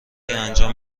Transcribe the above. انجام